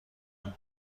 کنیم